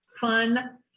fun